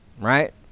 Right